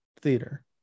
theater